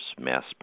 mass